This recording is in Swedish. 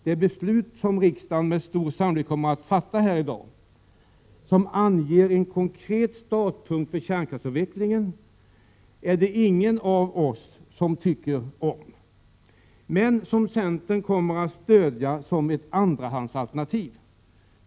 Det beslut som riksdagen med stor sannolikhet kommer att fatta i dag, som anger en konkret startpunkt för kärnkraftsavvecklingen, är det ingen av oss som tycker om. Centern kommer dock att stödja beslutet som ett andrahandsalternativ.